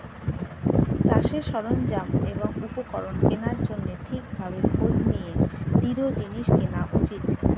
চাষের সরঞ্জাম এবং উপকরণ কেনার জন্যে ঠিক ভাবে খোঁজ নিয়ে দৃঢ় জিনিস কেনা উচিত